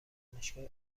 دانشگاه